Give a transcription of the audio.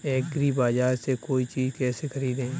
एग्रीबाजार से कोई चीज केसे खरीदें?